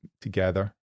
together